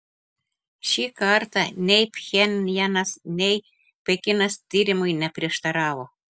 šį kartą nei pchenjanas nei pekinas tyrimui neprieštaravo